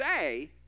say